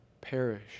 perish